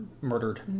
murdered